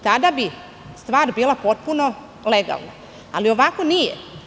Tada bi stvar bila potpuno legalna, ali ovako nije.